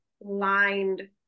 lined